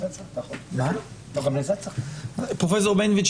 פרופ' בנטואיץ,